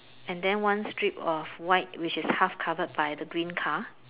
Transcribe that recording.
and then one strip of white which is half covered by the green car